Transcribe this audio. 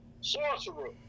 sorcerer